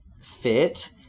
fit